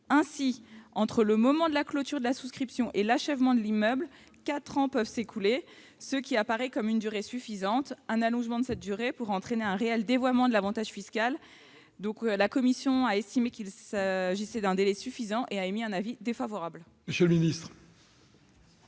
Ainsi, entre le moment de la clôture de la souscription et l'achèvement de l'immeuble, quatre ans peuvent s'écouler, ce qui apparaît comme une durée suffisante. Un allongement de cette durée pourrait entraîner un réel dévoiement de l'avantage fiscal. La commission a estimé qu'il s'agissait d'un délai suffisant et a émis un avis défavorable.